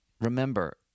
remember